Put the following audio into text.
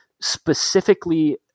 specifically